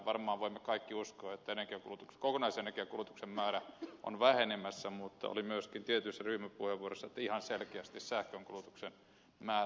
varmaan voimme kaikki uskoa että kokonaisenergiankulutuksen määrä on vähenemässä mutta oli myöskin tietyissä ryhmäpuheenvuoroissa että ihan selkeästi sähkönkulutuksen määrä alenee